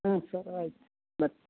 ಹಾಂ ಸರ್ ಆಯ್ತು ಬರ್ತೀವಿ